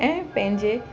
ऐं पंहिंजे